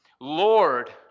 Lord